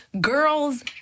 girls